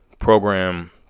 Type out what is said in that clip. program